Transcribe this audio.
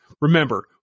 Remember